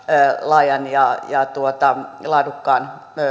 laajan ja laadukkaan